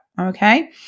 Okay